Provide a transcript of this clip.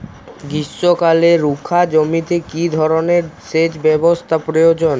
গ্রীষ্মকালে রুখা জমিতে কি ধরনের সেচ ব্যবস্থা প্রয়োজন?